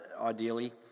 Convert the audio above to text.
ideally